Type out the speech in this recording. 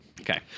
Okay